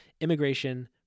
immigration